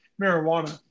marijuana